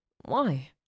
Why